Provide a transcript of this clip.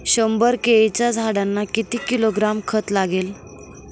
शंभर केळीच्या झाडांना किती किलोग्रॅम खत लागेल?